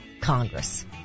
Congress